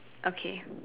okay